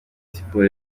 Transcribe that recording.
siporo